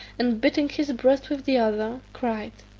and beating his breast with the other, cried,